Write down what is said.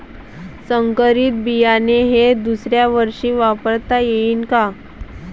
संकरीत बियाणे हे दुसऱ्यावर्षी वापरता येईन का?